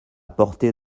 portée